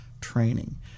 training